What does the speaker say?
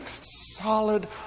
solid